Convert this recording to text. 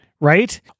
right